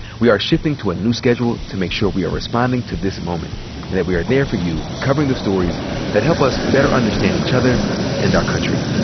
we are shifting to a new schedule to make sure we are responding to this moment and that we are there for you, covering the stories that help us better understand each other and our country.